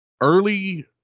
early